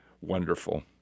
wonderful